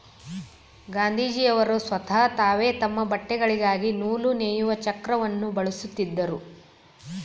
ಗಾಂಧೀಜಿಯವರು ಸ್ವತಹ ತಾವೇ ತಮ್ಮ ಬಟ್ಟೆಗಳಿಗಾಗಿ ನೂಲು ನೇಯುವ ಚಕ್ರವನ್ನು ಬಳಸುತ್ತಿದ್ದರು